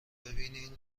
ببینین